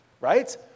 right